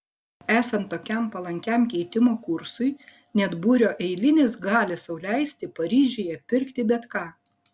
esant tokiam palankiam keitimo kursui net būrio eilinis gali sau leisti paryžiuje pirkti bet ką